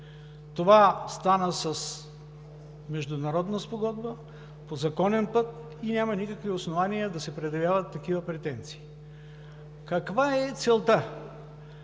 Това стана с международна спогодба, по законен път и няма никакви основания да се предявяват такива претенции. Каква е целта?